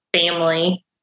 family